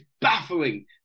baffling